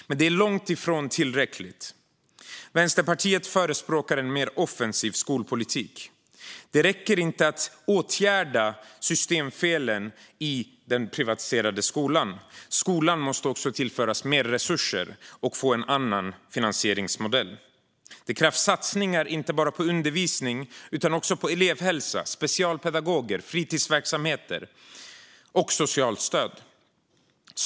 Men det är långt ifrån tillräckligt. Vänsterpartiet förespråkar en mer offensiv skolpolitik. Det räcker inte att åtgärda systemfelen i den privatiserade skolan. Skolan måste också tillföras mer resurser och få en annan finansieringsmodell. Det krävs satsningar inte bara på undervisning utan också på elevhälsa, specialpedagoger, fritidsverksamhet och socialt stöd.